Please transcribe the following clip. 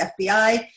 FBI